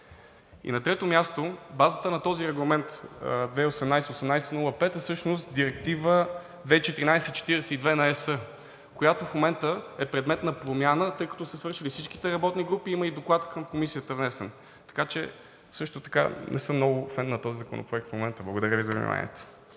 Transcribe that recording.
На трето място, базата на този регламент 2018/1805 е всъщност Директива 2014/42 на ЕС, която в момента е предмет на промяна, тъй като са свършили всичките работни групи, има и внесен доклад към Комисията. Така че също не съм много фен на този законопроект в момента. Благодаря Ви за вниманието.